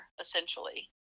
essentially